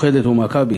מאוחדת ומכבי.